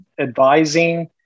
advising